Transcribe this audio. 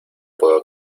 puedo